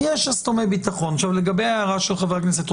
חברים,